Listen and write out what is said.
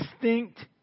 distinct